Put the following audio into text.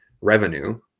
revenue